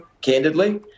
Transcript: candidly